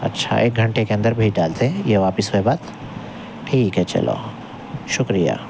اچھا ایک گھنٹے کے اندر بھیج ڈالتے ہیں یہ واپس ہونے کے بعد ٹھیک ہے چلو شکریہ